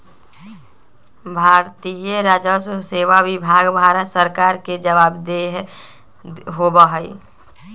भारतीय राजस्व सेवा विभाग भारत सरकार के जवाबदेह होबा हई